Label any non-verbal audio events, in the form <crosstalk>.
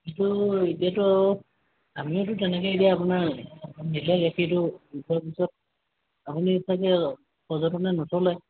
কিন্তু এতিয়াতো আমিতো তেনেকৈ এতিয়া আপোনাক গাখীৰটো <unintelligible> পাছত আপুনি চাগে সজতনে নথলে